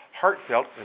heartfelt